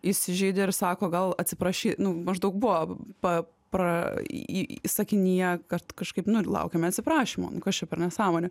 įsižeidė ir sako gal atsiprašy nu maždaug buvo pa pra į sakinyje kad kažkaip nu laukiame atsiprašymo nu kas čia per nesąmonė